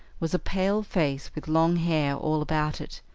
was a pale face with long hair all about it,